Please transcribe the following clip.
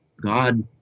God